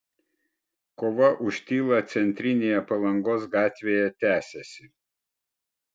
kova už tylą centrinėje palangos gatvėje tęsiasi